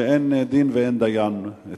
שאין להם דין ואין להם דיין.